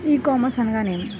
ఈ కామర్స్ అనగానేమి?